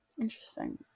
Interesting